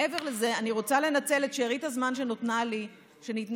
מעבר לזה אני רוצה לנצל את שארית הזמן שניתנה לי להעלות